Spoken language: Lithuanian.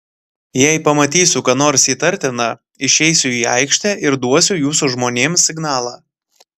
jei pamatysiu ką nors įtartina išeisiu į aikštę ir duosiu jūsų žmonėms signalą